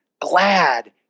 glad